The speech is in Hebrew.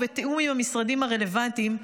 ובתיאום עם המשרדים הרלוונטיים,